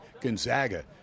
Gonzaga